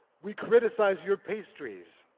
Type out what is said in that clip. we criticize your pastries,